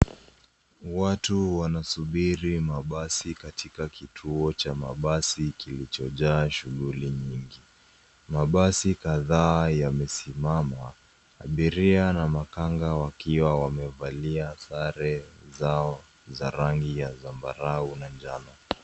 Watu wanasubiri mabasi katika kituo cha mabasi kilichojaa shughuli nyingi, mabasi kadhaa yamesimama abiria na makanga wakiwa wamevalia sare zao za rangi ya zambarau na njano.